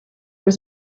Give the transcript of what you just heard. was